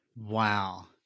Wow